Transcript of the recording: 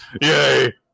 Yay